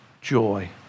joy